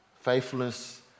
faithfulness